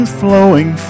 flowing